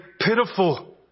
pitiful